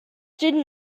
didn’t